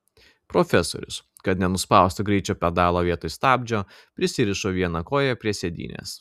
profesorius kad nenuspaustų greičio pedalo vietoj stabdžio prisirišo vieną koją prie sėdynės